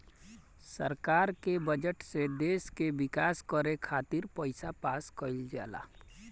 सरकार के बजट से देश के विकास करे खातिर पईसा पास कईल जाला